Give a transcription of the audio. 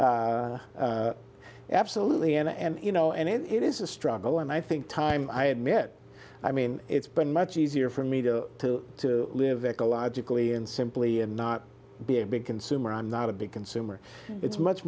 yeah but absolutely and you know and it is a struggle and i think time i admit i mean it's been much easier for me to to live ecologically and simply and not be a big consumer i'm not a big consumer it's much